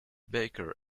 baker